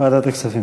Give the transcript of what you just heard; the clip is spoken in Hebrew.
ועדת הכספים.